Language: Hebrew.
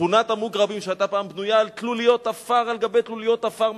לשכונת המוגרבים שהיתה פעם בנויה על תלוליות עפר על גבי תלוליות עפר,